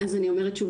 אז אני אומרת שוב,